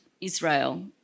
Israel